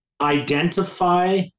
identify